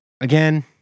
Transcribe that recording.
Again